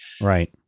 Right